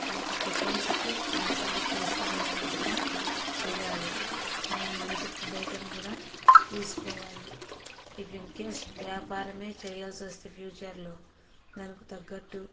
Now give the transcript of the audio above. వాటి యొక్క క్వశషన్స్కి ఆన్సర్లు చేస్తూ వెళ్ళడం కూడా చెయ్యాలి మనం మంచి ఫుడ్ ఐటెమ్ కూడా తీసుకోవాలి ఇవి ఇన్ కేస్ వ్యాపారమే చేయాల్సి వస్తే ఫ్యూచర్లో దానికి తగ్గట్టు